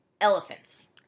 elephants